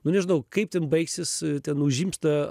nu nežinau kaip ten baigsis ten užims tą